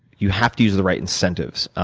you have to use the right incentives.